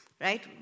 right